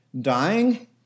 dying